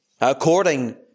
according